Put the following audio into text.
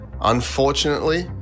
Unfortunately